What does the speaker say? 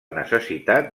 necessitat